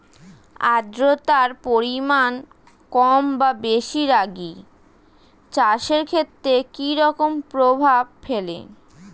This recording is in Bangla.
আদ্রতার পরিমাণ কম বা বেশি রাগী চাষের ক্ষেত্রে কি রকম প্রভাব ফেলে?